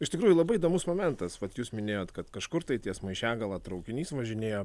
iš tikrųjų labai įdomus momentas vat jūs minėjot kad kažkur tai ties maišiagala traukinys važinėjo